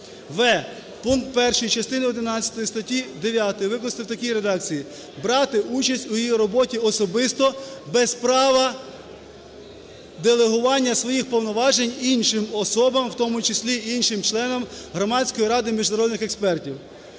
в) пункт 1 частини одинадцятої статті 9 викласти в такій редакції: "брати участь у її роботі особисто без права делегування своїх повноважень іншим особам, в тому числі іншим членам Громадської ради міжнародних експертів";